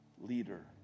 leader